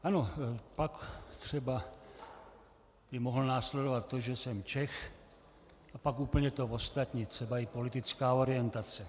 Ano, pak třeba by mohlo následovat to, že jsem Čech, a pak úplně to ostatní, třeba i politická orientace.